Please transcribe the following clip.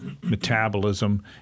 metabolism